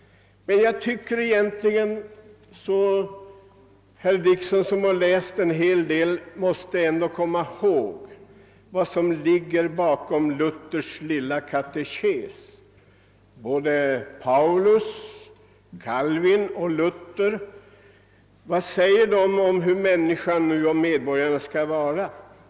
Men herr Dickson, som har läst en hel del, måste väl komma ihåg vad som ligger bakom Luthers Lilla katekes? Vad säger då Paulus, Calvin och Läuther om hur människan och medborgaren skall vara?